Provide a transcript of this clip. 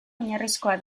oinarrizkoa